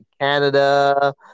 Canada